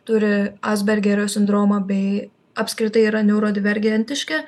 turi azbergerio sindromą bei apskritai yra neurodivergentiški